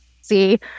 see